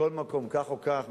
כך או כך,